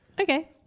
okay